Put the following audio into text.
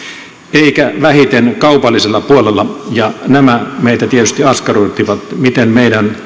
eikä vähiten kaupallisella puolella ja nämä meitä tietysti askarruttivat miten meidän